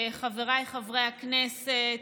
חבריי חברי הכנסת,